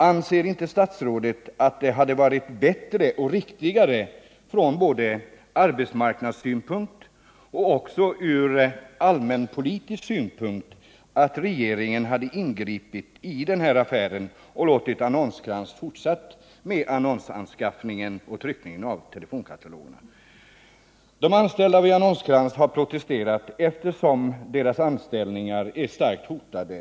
Anser inte statsrådet att det hade varit bättre och riktigare från både arbetsmarknadssynpunkt och allmänpolitisk synpunkt att regeringen hade ingripit i affären och låtit Annons-Krantz fortsätta med annonsanskaffningen för telefonkatalogerna? De anställda vid Annons-Krantz har protesterat, eftersom deras anställningar är starkt hotade.